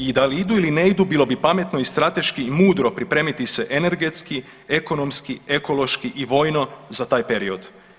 I da li idu ili ne idu bilo bi pametno i strateški i mudro pripremiti se energetski, ekonomski, ekološki i vojno za taj period.